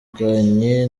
ari